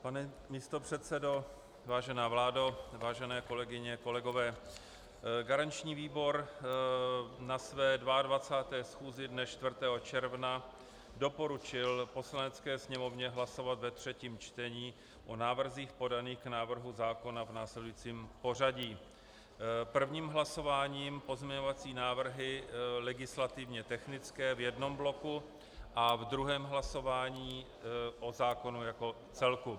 Pane místopředsedo, vážená vládo, vážené kolegyně, kolegové, garanční výbor na své 22. schůzi dne 4. června doporučil Poslanecké sněmovně hlasovat ve 3. čtení o návrzích podaných k návrhu zákona v následujícím pořadí: prvním hlasováním pozměňovací návrhy legislativně technické v jednom bloku, v druhém hlasování o zákonu jako celku.